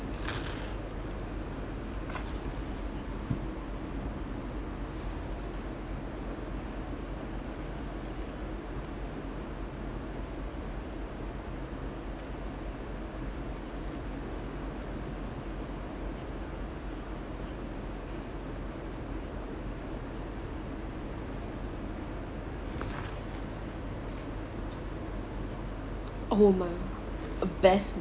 oh my best